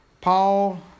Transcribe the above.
Paul